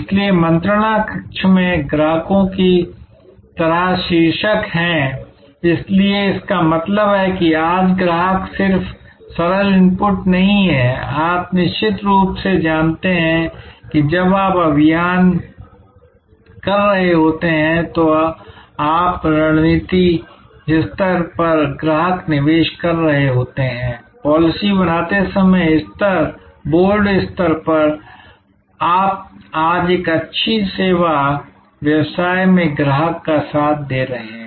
इसलिए मंत्रणा कक्ष में ग्राहकों की तरह शीर्षक हैं इसलिए इसका मतलब है कि आज ग्राहक सिर्फ सरल इनपुट नहीं हैं आप निश्चित रूप से जानते हैं कि जब आप अभियान कर रहे होते हैं तो आप रणनीतिक स्तर पर ग्राहक निवेश कर रहे होते हैं पॉलिसी बनाते समय स्तर बोर्ड स्तर पर आप आज एक अच्छे सेवा व्यवसाय में ग्राहक का साथ दे रहे हैं